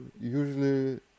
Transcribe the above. usually